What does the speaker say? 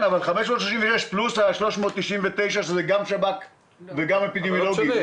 536 ועוד 399, שזה גם שב"כ וגם אפידמיולוגית.